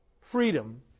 freedom